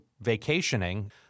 vacationing